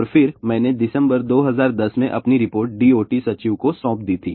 और फिर मैंने दिसंबर 2010 में अपनी रिपोर्ट DOT सचिव को सौंप दी थी